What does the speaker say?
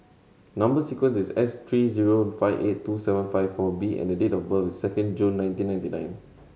number sequence is S three zero five eight two seven four B and date of birth is second June nineteen ninety